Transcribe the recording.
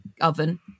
oven